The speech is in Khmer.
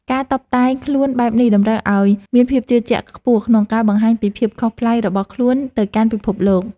ការតុបតែងខ្លួនបែបនេះតម្រូវឱ្យមានភាពជឿជាក់ខ្ពស់ក្នុងការបង្ហាញពីភាពខុសប្លែករបស់ខ្លួនទៅកាន់ពិភពលោក។